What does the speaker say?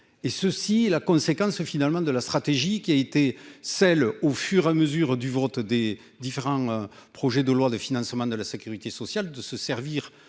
et ceci est la conséquence, finalement, de la stratégie qui a été celle au fur à mesure du vote des différents projets de loi de financement de la Sécurité sociale, de se servir